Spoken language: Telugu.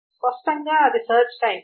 స్పష్టంగా అది సెర్చ్ టైం